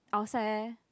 outside eh